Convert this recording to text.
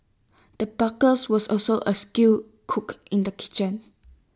the butcher was also A skilled cook in the kitchen